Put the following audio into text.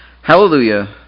Hallelujah